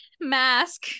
mask